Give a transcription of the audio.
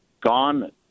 gone